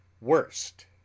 worst